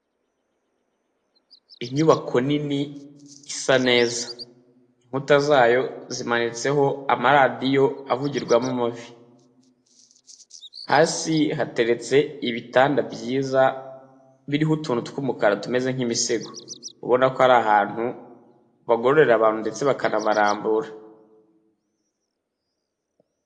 Inyubako nini isa neza. Imkuta zayo zimanitseho amaradiyo avugirwamo amavi. Hasi hateretse ibitanda byiza biriho utuntu tw'umukara tumeze nk'imisego. Ubona ko ari ahantu bagororera abantu ndetse bakanabarambura.